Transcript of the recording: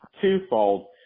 Twofold